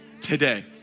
today